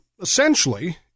essentially